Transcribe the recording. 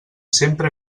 sempre